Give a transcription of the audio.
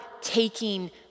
taking